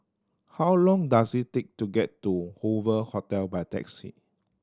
how long does it take to get to Hoover Hotel by taxi